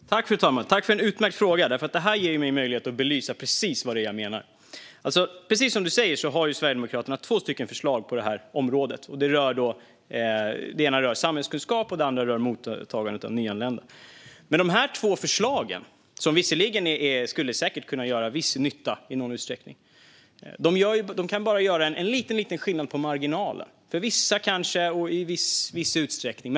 Fru talman! Tack, Erik Bengtzboe, för en utmärkt fråga! Det här ger mig möjlighet att belysa precis vad jag menar. Precis som du säger har Sverigedemokraterna två förslag på området. Det ena rör samhällskunskap, och det andra rör mottagandet av nyanlända. Men de två förslagen, som visserligen säkert skulle kunna göra viss nytta, kan bara göra en liten skillnad på marginalen, kanske för vissa och i viss utsträckning.